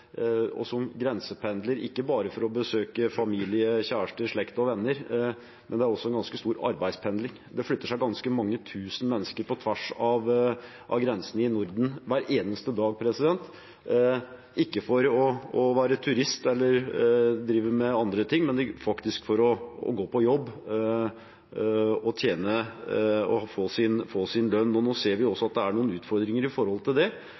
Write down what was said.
som grensependler, ikke bare for å besøke familie, kjærester, slekt og venner, men at det også er en ganske stor arbeidspendling. Det flytter seg ganske mange tusen mennesker på tvers av grensene i Norden hver eneste dag, ikke for å være turist eller drive med andre ting, men for faktisk å gå på jobb og få sin lønn. Vi ser at det også er utfordringer når det gjelder det,